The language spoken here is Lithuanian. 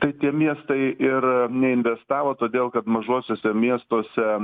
tai tie miestai ir neinvestavo todėl kad mažuosiuose miestuose